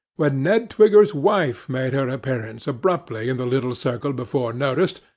when ned twigger's wife made her appearance abruptly in the little circle before noticed,